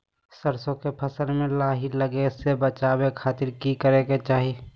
सरसों के फसल में लाही लगे से बचावे खातिर की करे के चाही?